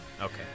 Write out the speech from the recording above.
Okay